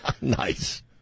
Nice